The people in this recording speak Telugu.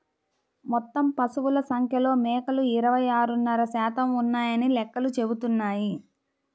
మొత్తం పశువుల సంఖ్యలో మేకలు ఇరవై ఆరున్నర శాతం ఉన్నాయని లెక్కలు చెబుతున్నాయి